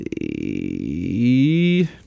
see